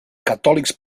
catòlics